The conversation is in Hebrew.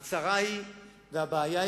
הצרה והבעיה,